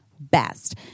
best